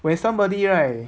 when somebody right